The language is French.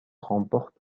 remporte